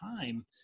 time